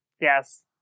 Yes